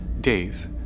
Dave